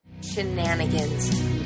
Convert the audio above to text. Shenanigans